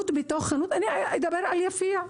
אני אדבר על יפיע,